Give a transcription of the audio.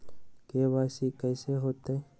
KYC कैसे होतई?